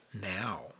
Now